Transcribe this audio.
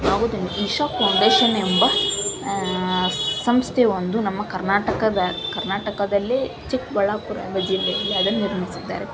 ಆಗೋದಿಲ್ಲ ಇಶಾ ಫೌಂಡೇಶನ್ ಎಂಬ ಸಂಸ್ಥೆಯು ಒಂದು ನಮ್ಮ ಕರ್ನಾಟಕದ ಕರ್ನಾಟಕದಲ್ಲೇ ಚಿಕ್ಕಬಳ್ಳಾಪುರದ ಜಿಲ್ಲೆಯಲ್ಲಿ ಅದನ್ನು ನಿರ್ಮಿಸಿದ್ದಾರೆ